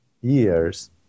years